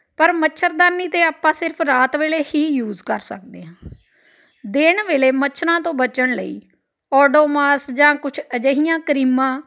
ਪਰ ਮੱਛਰਦਾਨੀ ਤਾਂ ਆਪਾਂ ਸਿਰਫ ਰਾਤ ਵੇਲੇ ਹੀ ਯੂਜ ਕਰ ਸਕਦੇ ਹਾਂ ਦਿਨ ਵੇਲੇ ਮੱਛਰਾਂ ਤੋਂ ਬਚਣ ਲਈ ਓਡੋਮਾਸ ਜਾਂ ਕੁਛ ਅਜਿਹੀਆਂ ਕਰੀਮਾਂ